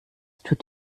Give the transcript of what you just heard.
tut